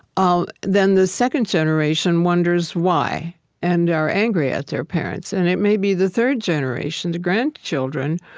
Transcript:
um then the second generation wonders why and are angry at their parents. and it may be the third generation, the grandchildren,